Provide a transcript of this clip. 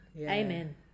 Amen